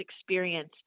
experience